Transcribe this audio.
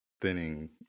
thinning